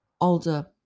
older